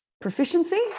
proficiency